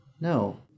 No